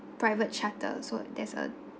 private charter so there's a